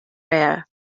rare